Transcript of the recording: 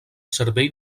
servei